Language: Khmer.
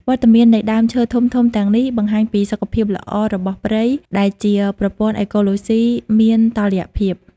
វត្តមាននៃដើមឈើធំៗទាំងនេះបង្ហាញពីសុខភាពល្អរបស់ព្រៃ ដែលជាប្រព័ន្ធអេកូឡូស៊ីមានតុល្យភាព។